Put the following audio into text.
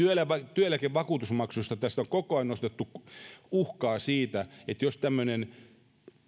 työeläkevakuutusmaksuista tässä on koko ajan nostettu uhkaa siitä että tämmöinen